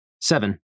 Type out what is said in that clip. Seven